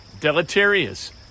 deleterious